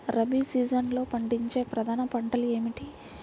రబీ సీజన్లో పండించే ప్రధాన పంటలు ఏమిటీ?